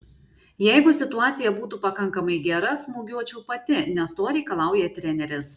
jeigu situacija būtų pakankamai gera smūgiuočiau pati nes to reikalauja treneris